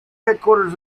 headquarters